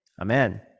amen